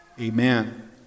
Amen